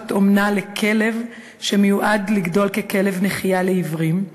משפחת אומנה לכלב שמיועד לגדול ככלב נחייה לעיוורים,